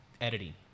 editing